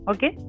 Okay